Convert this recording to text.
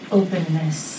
openness